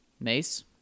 Mace